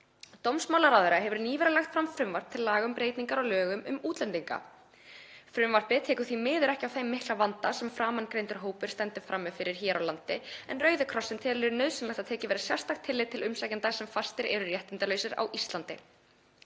„Dómsmálaráðherra hefur nýverið lagt fram frumvarp til laga um breytingar á lögum um útlendinga. Frumvarpið tekur því miður ekki á þeim mikla vanda sem framangreindur hópur stendur frammi fyrir hér á landi en Rauði krossinn telur nauðsynlegt að tekið verði sérstakt tillit til umsækjenda sem fastir eru réttindalausir á Íslandi.